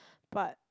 but